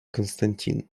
константин